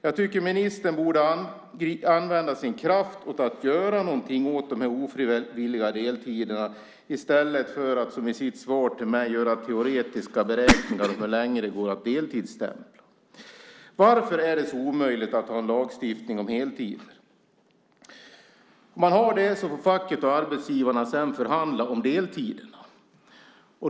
Jag tycker att ministern borde använda sin kraft till att göra någonting åt de här ofrivilliga deltiderna i stället för att, som i sitt svar till mig, göra teoretiska beräkningar av hur länge det går att deltidsstämpla. Varför är det så omöjligt att ha en lagstiftning om heltid? Om man har det så får facket och arbetsgivarna sedan förhandla om deltiderna.